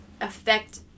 affect